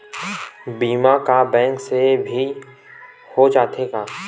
बीमा का बैंक से भी हो जाथे का?